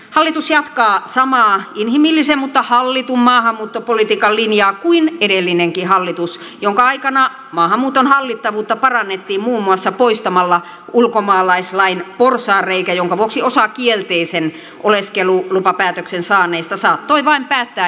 hallitus jatkaa samaa inhimillisen mutta hallitun maahanmuuttopolitiikan linjaa kuin edellinenkin hallitus jonka aikana maahanmuuton hallittavuutta parannettiin muun muassa poistamalla ulkomaalaislain porsaanreikä jonka vuoksi osa kielteisen oleskelulupapäätöksen saaneista saattoi vain päättää jäädä suomeen